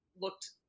looked